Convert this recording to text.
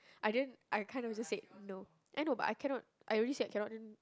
I didn't I can't I was just said no I know but I cannot I already said cannot